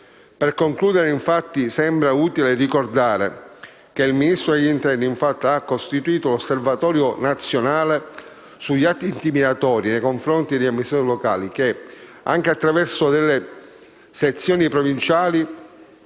Per concludere, infatti, sembra utile ricordare che il Ministero dell'interno ha costituito l'Osservatorio nazionale sugli atti intimidatori nei confronti di amministratori locali che, anche attraverso delle sezioni provinciali,